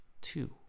two